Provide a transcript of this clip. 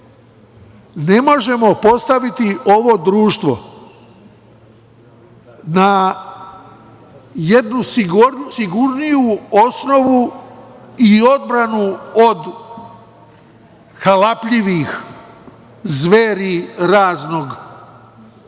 ne možemo postaviti ovo društvo na jednu sigurniju osnovu i odbranu od halapljivih zveri raznog